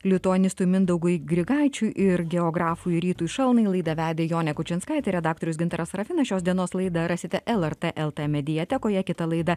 lituanistui mindaugui grigaičiui ir geografui rytui šalnai laidą vedė jonė kučinskaitė redaktorius gintaras sarafinas šios dienos laidą rasite lrt el t mediatekoje kita laida